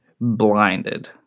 blinded